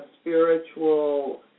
spiritual